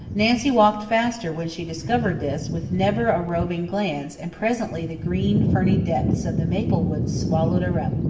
nancy walked faster when she discovered this, with never a roving glance, and presently the green, ferny depths of the maple woods swallowed her up.